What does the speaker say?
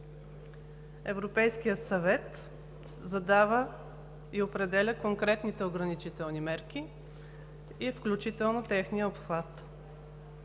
Европейският съвет задава и определя конкретните ограничителни мерки, включително и техния обхват.